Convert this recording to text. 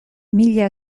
mila